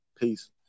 Peace